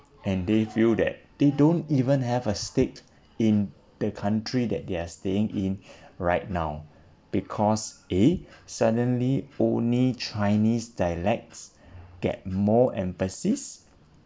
and they feel that they don't even have a stake in the country that they're staying in right now because A suddenly only chinese dialects get more emphasis